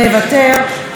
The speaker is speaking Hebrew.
מוותר,